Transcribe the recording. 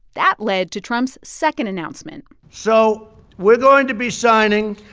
that led to trump's second announcement so we're going to be signing